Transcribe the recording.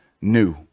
new